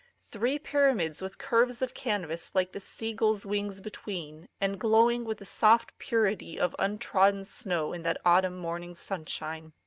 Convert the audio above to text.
three pyramids with curves of canvas like the sea-gfuu's wings between, and glowing with the soft purity of untrodden snow in that autumn morning sunshine.